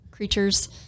Creatures